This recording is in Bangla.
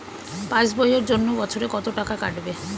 পাস বইয়ের জন্য বছরে কত টাকা কাটবে?